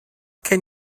can